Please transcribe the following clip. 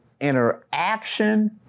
interaction